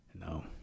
No